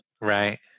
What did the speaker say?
Right